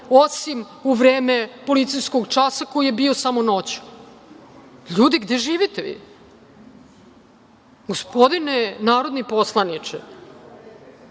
osim u vreme policijskog časa, koji je bio samo noću. Ljudi, gde živite vi? Gospodine, narodni poslaniče,